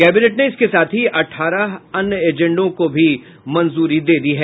cabinet ने इसके साथ ही अठारह अन्य एजेंडों को भी मंजूरी दी है